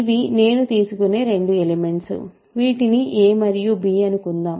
ఇవి నేను తీసుకునే రెండు ఎలిమెంట్స్ వీటిని a మరియు b అనుకుందాం